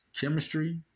chemistry